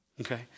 okay